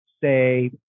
say